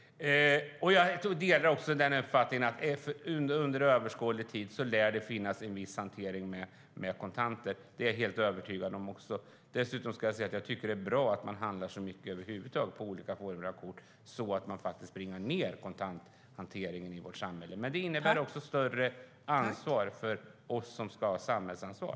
Jag delar uppfattningen och är övertygad om att kontanthanteringen kommer att finnas kvar under överskådlig tid. Det är bra att vi handlar så mycket på olika kort så att vi får ned kontanthanteringen i samhället. Det innebär dock ett ökat ansvar för oss med samhällsansvar.